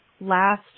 last